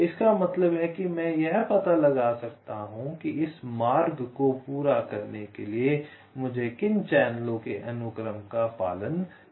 इसका मतलब है कि मैं यह पता लगा सकता हूं कि इस मार्ग को पूरा करने के लिए मुझे किन चैनलों के अनुक्रम का पालन करना होगा